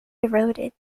eroded